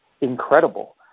incredible